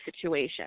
situation